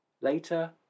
Later